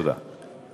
תודה.